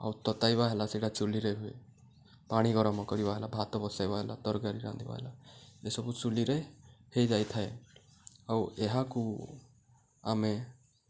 ଆଉ ତତାଇବା ହେଲା ସେଇଟା ଚୁଲିରେ ହୁଏ ପାଣି ଗରମ କରିବା ହେଲା ଭାତ ବସାଇବା ହେଲା ତରକାରୀ ରାନ୍ଧିବା ହେଲା ଏସବୁ ଚୁଲିରେ ହୋଇଯାଇଥାଏ ଆଉ ଏହାକୁ ଆମେ